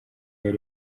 yari